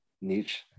niche